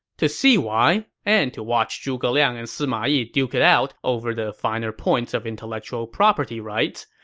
to see why, and to watch zhuge liang and sima yi duke it out over the finer points of intellectual property rights,